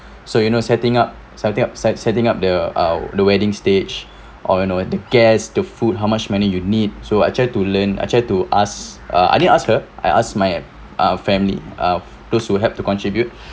so you know setting up setting up se~ setting up the uh the wedding stage or you know the guest the food how much money you need so I try to learn I try to ask uh I didn't ask her I ask my uh family uh those who help to contribute